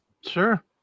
Sure